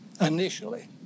initially